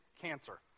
cancer